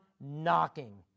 knocking